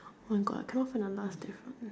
oh my god cannot find the last difference